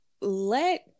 let